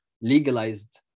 legalized